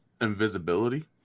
Invisibility